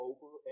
Over